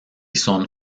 son